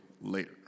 later